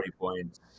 points